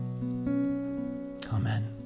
Amen